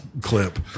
clip